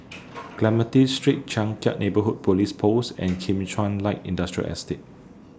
Clementi Street Changkat Neighbourhood Police Post and Kim Chuan Light Industrial Estate